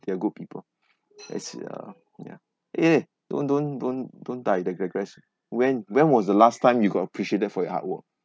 they're good people it's uh ya eh eh don't don't don't don't die the progress when when was the last time you got appreciated for your hard work